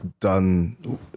done